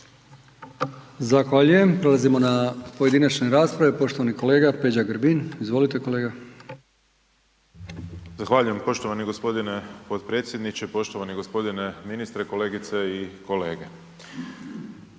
Zahvaljujem. Prelazimo na pojedinačne rasprave, poštovani kolega Peđa Grbin, izvolite kolega. **Grbin, Peđa (SDP)** Zahvaljujem poštovani g. potpredsjedniče, poštovani g. ministre, kolegice i kolege.